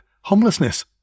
homelessness